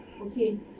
okay